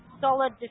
solid